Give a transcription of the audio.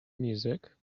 music